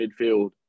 midfield